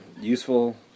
useful